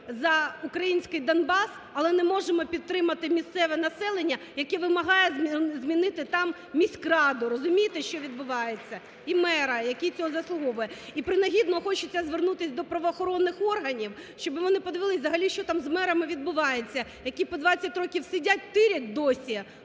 за український Донбас, але не можемо підтримати місцеве населення, яке вимагає змінити там міськраду. Розумієте, що відбувається? (Оплески) І мера, який цього заслуговує. І принагідно хочеться звернутися до правоохоронних органів, щоб вони подивилися взагалі, що там з мерами відбувається, які по 20 років сидять, "тирять" досі,